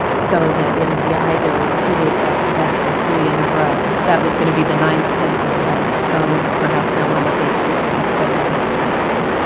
so, that it'll be either two days back to back or three in a row. that was gonna be the ninth, tenth, and eleventh. so, perhaps now we're looking at sixteenth, seventeenth, and eighteenth.